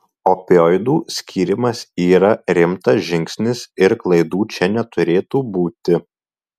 opioidų skyrimas yra rimtas žingsnis ir klaidų čia neturėtų būti